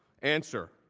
answer,